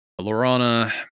Lorana